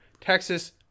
Texas